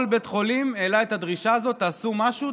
כל בית חולים העלה את הדרישה הזאת: תעשו משהו,